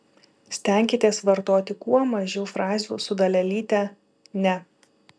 stenkitės vartoti kuo mažiau frazių su dalelyte ne